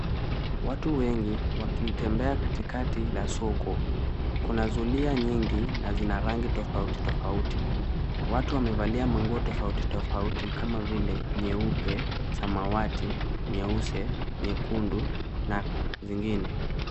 Watu wengi wakitembea katikati la soko. Kuna zulia nyingi na zina rangi tofauti tofauti. Watu wamevalia manguo tofauti tofauti kama vile nyeupe, samawati, nyeusi, nyekundu na zingine.